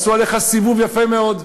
עשו עליך סיבוב יפה מאוד.